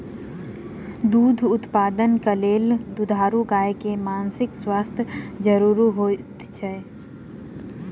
दूध उत्पादनक लेल दुधारू गाय के मानसिक स्वास्थ्य ज़रूरी होइत अछि